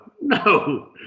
no